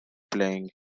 playing